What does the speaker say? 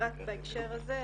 בהקשר הזה,